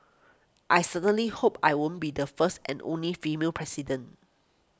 I certainly hope I won't be the first and only female president